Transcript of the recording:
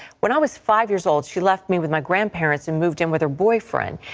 when i was five years old she left me with my grandparents and moved in with her boyfriend.